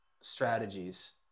strategies